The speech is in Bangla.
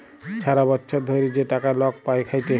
ছারা বচ্ছর ধ্যইরে যে টাকা লক পায় খ্যাইটে